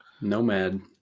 Nomad